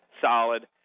solid